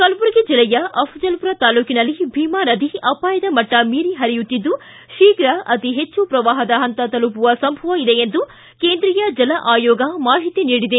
ಕಲಬುರಗಿ ಜಿಲ್ಲೆಯ ಅಫ್ಲಲ್ ಪುರ ತಾಲೂಕಿನಲ್ಲಿ ಭೀಮಾ ನದಿ ಅಪಾಯದ ಮಟ್ಟ ಮೀರಿ ಪರಿಯುತ್ತಿದ್ದು ಶೀಘ್ರ ಅತಿಹೆಚ್ಚು ಪ್ರವಾಹದ ಹಂತ ತಲುಪುವ ಸಂಭವ ಇದೆ ಎಂದು ಕೇಂದ್ರೀಯ ಜಲ ಆಯೋಗ ಮಾಹಿತಿ ನೀಡಿದೆ